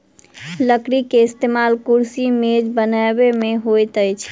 लकड़ी के इस्तेमाल कुर्सी मेज बनबै में होइत अछि